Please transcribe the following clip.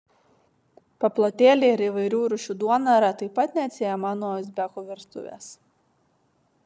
paplotėliai ir įvairių rūšių duona yra taip pat neatsiejama nuo uzbekų virtuvės